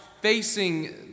facing